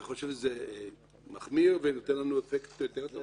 האם אתה חושב שזה מחמיר ונותן אפקט יותר טוב?